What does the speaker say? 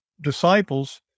disciples